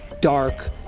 dark